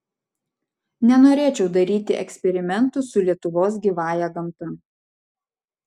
nenorėčiau daryti eksperimentų su lietuvos gyvąja gamta